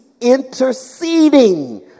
interceding